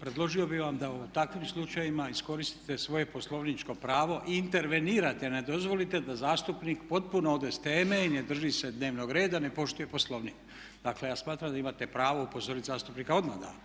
predložio bih vam da u takvim slučajevima iskoristite svoje poslovničko pravo i intervenirate, ne dozvolite da zastupnik potpuno ode s teme i ne drži se dnevnog reda, ne poštuje Poslovnik. Dakle, ja smatram da imate pravo upozoriti zastupnika odmah da